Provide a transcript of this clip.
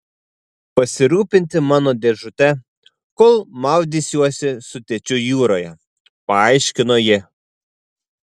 pasirūpinti mano dėžute kol maudysiuosi su tėčiu jūroje paaiškino ji